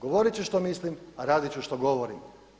Govorit ću što mislim, a radit ću što govorim.